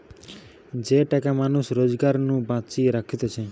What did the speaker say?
যে টাকা মানুষ রোজগার নু বাঁচিয়ে রাখতিছে